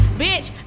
bitch